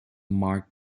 mark